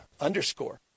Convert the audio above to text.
underscore